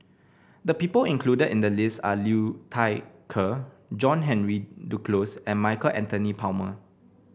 the people included in the list are Liu Thai Ker John Henry Duclos and Michael Anthony Palmer